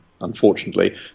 unfortunately